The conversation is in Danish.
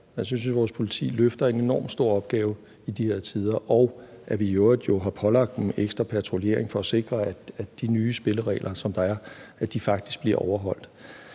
Jeg synes jo, at vores politi løfter en enorm stor opgave i de her tider, og at vi i øvrigt har pålagt dem ekstra patruljering for at sikre, at de nye spilleregler, som der er, faktisk bliver overholdt.